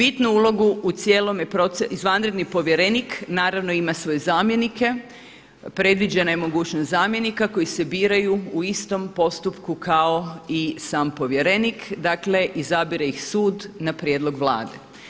Izvanredni povjerenik naravno ima svoje zamjenike, predviđena je mogućnost zamjenika koji se biraju u istom postupku kao i sam povjerenik, dakle izabire iz sud na prijedlog Vlade.